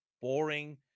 boring